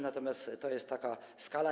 Natomiast to jest taka skala.